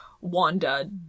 Wanda